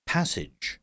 Passage